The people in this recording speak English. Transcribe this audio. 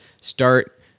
start